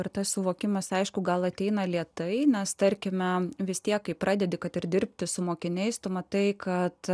ir tas suvokimas aišku gal ateina lėtai nes tarkime vis tiek kai pradedi kad ir dirbti su mokiniais tu matai kad